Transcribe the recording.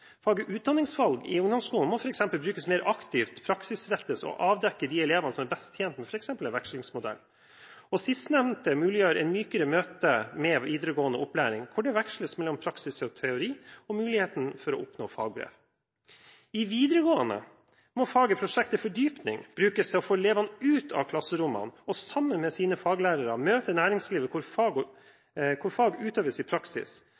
Faget utdanningsvalg i ungdomsskolen må f.eks. brukes mer aktivt, praksisrettes og avdekke de elevene som er best tjent med f.eks. en vekslingsmodell. Sistnevnte muliggjør et mykere møte med videregående opplæring, hvor det veksles mellom praksis og teori og muligheten for å oppnå fagbrev. I videregående må faget prosjekt til fordypning brukes til å få elevene ut av klasserommene og sammen med sine faglærere møte næringslivet, hvor fag utøves i praksis.